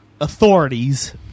authorities